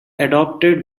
adopted